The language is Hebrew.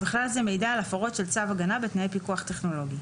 ובכלל זה מידע על הפרות של צו הגנה בתנאי פיקוח טכנולוגי,